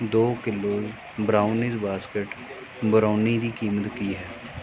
ਦੋ kilos brownies basket brownie ਦੀ ਕੀਮਤ ਕੀ ਹੈ